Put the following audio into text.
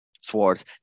swords